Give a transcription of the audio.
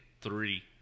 three